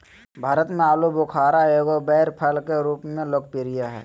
भारत में आलूबुखारा एगो बैर फल के रूप में लोकप्रिय हइ